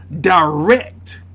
direct